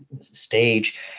stage